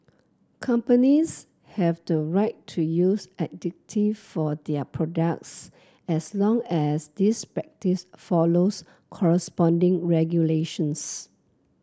companies have the right to use additive for their products as long as this practice follows corresponding regulations